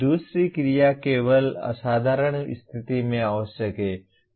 दूसरी क्रिया केवल असाधारण स्थिति में आवश्यक है